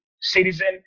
citizen